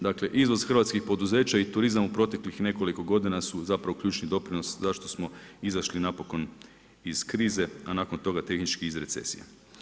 Dakle, izvoz hrvatskih poduzeća i turizam u proteklih nekoliko godina su zapravo ključni doprinos zašto smo izašli napokon iz krize, a nakon toga tehnički iz recesije.